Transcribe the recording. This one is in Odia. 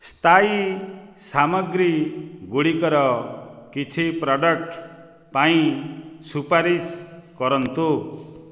ସ୍ଥାୟୀ ସାମଗ୍ରୀ ଗୁଡ଼ିକର କିଛି ପ୍ରଡ଼କ୍ଟ୍ ପାଇଁ ସୁପାରିଶ କରନ୍ତୁ